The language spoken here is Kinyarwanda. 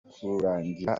kurangira